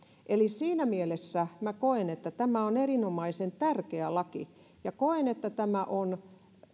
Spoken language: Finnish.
eli siinä mielessä minä koen että tämä on erinomaisen tärkeä laki ja koen että tämä on